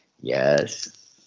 Yes